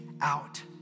out